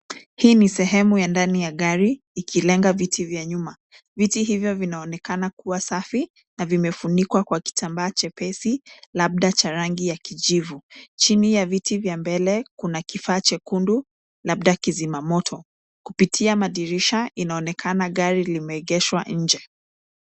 Hii ni sehemu ya ndani ya gari ikilenga viti vya nyuma. Viti hivyo vinaonekana kuwa safi na vimefunikwa kwa kitambaa chepesi labda cha rangi ya kijivu. Chini ya viti vya mbele kuna kifaa chekundu labda kizima moto. Kupitia madirisha inaonekana gari limeegeshwa nje.